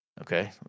Okay